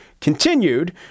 continued